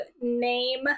name